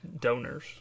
donors